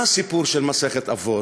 מה הסיפור של מסכת אבות?